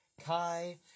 kai